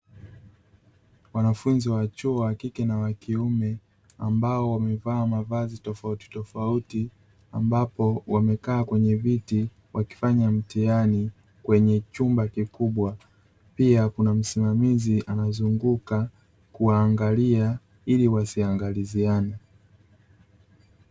Wanafunzi wa chuo wa kike na wakiume ambao wamevaa mavazi tofauti tofauti ambapo wamekaa kwenye viti wakifanya mtihani kwenye chumba kikubwa. Pia kuna msimamizi anazunguka kuwaangalia ili wasiangaliziane.